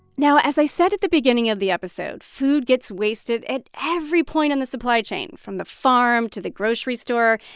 now, as i said at the beginning of the episode, food gets wasted at every point in the supply chain, from the farm to the grocery store,